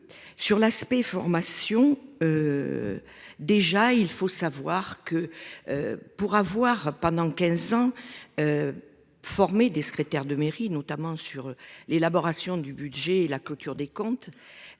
sur l'aspect formation. Déjà il faut savoir que. Pour avoir, pendant 15 ans. Formé des secrétaires de mairie, notamment sur l'élaboration du budget et la clôture des comptes.